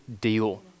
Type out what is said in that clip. deal